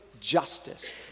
justice